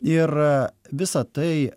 ir visa tai